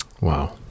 Wow